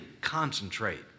concentrate